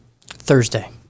Thursday